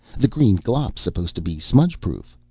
the green glop's supposed to be smudgeproof.